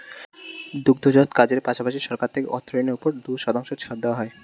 দুগ্ধজাত কাজের পাশাপাশি, সরকার থেকে অর্থ ঋণের উপর দুই শতাংশ ছাড় দেওয়া হয়